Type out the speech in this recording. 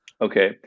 Okay